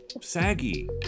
Saggy